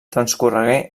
transcorregué